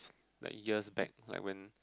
like years back like went